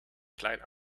klein